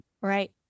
Right